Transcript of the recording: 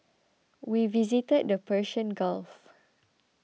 we visited the Persian Gulf